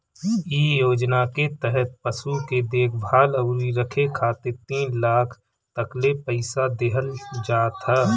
इ योजना के तहत पशु के देखभाल अउरी रखे खातिर तीन लाख तकले पईसा देहल जात ह